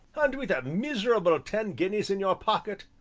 and with a miserable ten guineas in your pocket?